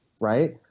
Right